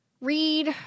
Read